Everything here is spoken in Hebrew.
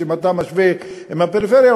אם אתה משווה עם הפריפריה,